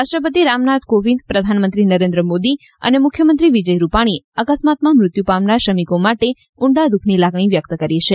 રાષ્ટ્રપતિ રામનાથ કોવિંદ પ્રધાનમંત્રી નરેન્દ્ર મોદી અને મુખ્યમંત્રી વિજય રૂપાણીએ અકસ્માતમાં મૃત્યુ પામનાર શ્રમિકો માટે ઉંડા દુઃખની લાગણી વ્યક્ત કરી છે